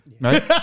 right